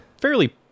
fairly